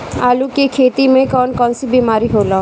आलू की खेती में कौन कौन सी बीमारी होला?